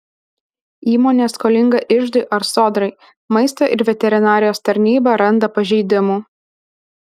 įmonė skolinga iždui ar sodrai maisto ir veterinarijos tarnyba randa pažeidimų